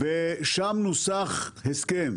שם נוסח הסכם